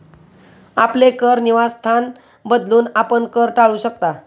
आपले कर निवासस्थान बदलून, आपण कर टाळू शकता